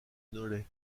nolay